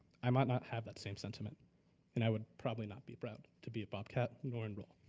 i might not have that same sentiment and i would probably not be proud to be a bobcat nor enroll.